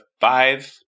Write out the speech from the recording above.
five